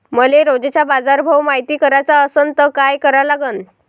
मले रोजचा बाजारभव मायती कराचा असन त काय करा लागन?